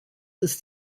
ist